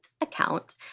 Account